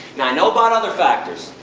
now i know about other factors,